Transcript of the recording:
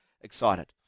excited